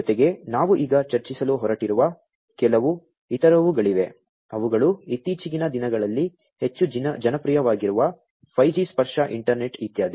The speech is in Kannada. ಜೊತೆಗೆ ನಾವು ಈಗ ಚರ್ಚಿಸಲು ಹೊರಟಿರುವ ಕೆಲವು ಇತರವುಗಳಿವೆ ಅವುಗಳು ಇತ್ತೀಚಿನ ದಿನಗಳಲ್ಲಿ ಹೆಚ್ಚು ಜನಪ್ರಿಯವಾಗಿರುವ 5G ಸ್ಪರ್ಶ ಇಂಟರ್ನೆಟ್ ಇತ್ಯಾದಿ